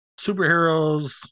superheroes